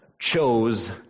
chose